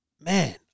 man